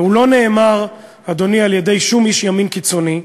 והוא לא נאמר, אדוני, על-ידי שום איש ימין קיצוני,